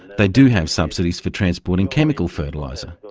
they do have subsidies for transporting chemical fertiliser.